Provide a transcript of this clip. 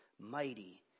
mighty